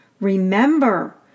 Remember